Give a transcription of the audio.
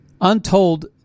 untold